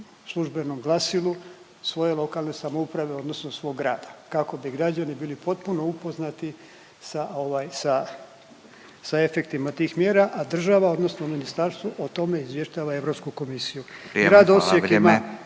službenom glasilu svoje lokalne samouprave odnosno svog grada kako bi građani bili potpuno upoznati sa ovaj, sa, sa efektima tih mjera, a država, odnosno ministarstvo o tome izvještava Europsku komisiju. Grad Osijek …